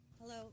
Hello